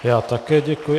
Já také děkuji.